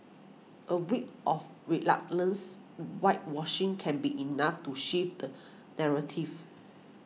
a week of whitewashing can be enough to shift the narrative